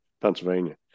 Pennsylvania